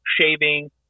shaving